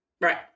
Right